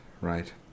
right